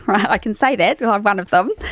um ah i can say that because i'm one of them,